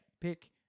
Pick